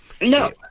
No